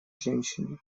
женщины